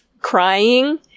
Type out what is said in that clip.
crying